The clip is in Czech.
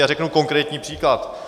A řeknu konkrétní příklad.